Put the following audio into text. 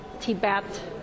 Tibet